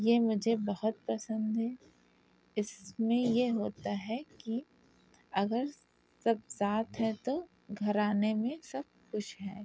یہ مجھے بہت پسند ہے اس میں یہ ہوتا ہے کہ اگر سب ساتھ ہیں تو گھرانے میں سب خوش ہیں